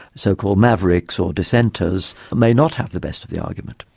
so-called mavericks or dissenters may not have the best of the argument.